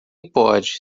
pode